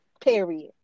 Period